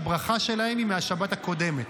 הברכה שלהם היא מהשבת הקודמת,